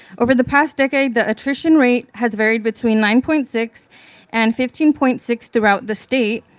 over the past decade, the attrition rate has varied between nine point six and fifteen point six throughout the state.